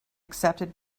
accepted